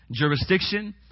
jurisdiction